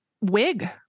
wig